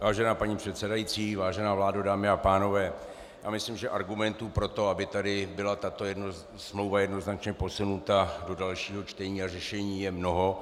Vážená paní předsedající, vážená vládo, dámy a pánové, já myslím, že argumentů pro to, aby tady byla tato smlouva jednoznačně posunuta do dalšího čtení a řešení, je mnoho.